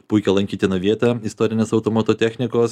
puikią lankytiną vietą istorinės automato technikos